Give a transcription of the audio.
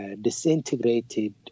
disintegrated